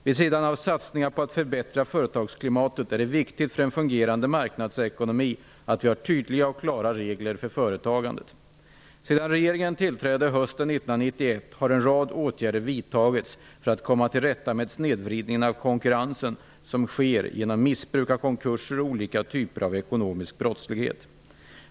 Vid sidan av satsningarna på att förbättra företagsklimatet är det viktigt för en fungerande marknadsekonomi att vi har tydliga och klara regler för företagandet. Sedan regeringen tillträdde hösten 1991 har en rad åtgärder vidtagits för att komma till rätta med den snedvridning av konkurrensen som sker genom missbruk av konkurser och olika typer av ekonomisk brottslighet.